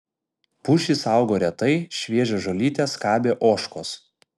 pušys augo retai šviežią žolytę skabė ožkos